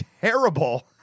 terrible